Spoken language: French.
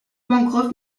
pencroff